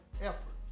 effort